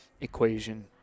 equation